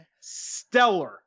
stellar